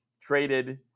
traded